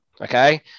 Okay